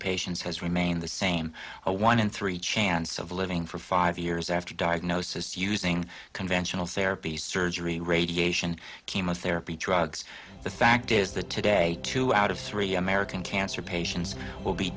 patients has remained the same a one in three chance of living for five years after diagnosis using conventional therapy surgery radiation chemotherapy drugs the fact is that today two out of three american cancer patients will be